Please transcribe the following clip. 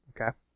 okay